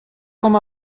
com